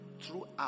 throughout